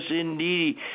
indeed